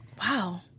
Wow